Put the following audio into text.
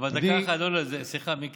אבל דקה אחת, סליחה, מיקי.